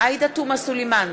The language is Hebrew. עאידה תומא סלימאן,